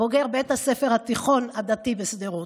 בוגר בית הספר התיכון הדתי בשדרות.